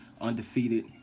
undefeated